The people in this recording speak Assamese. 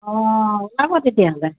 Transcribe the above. অঁ ওলাব তেতিয়াহ'লে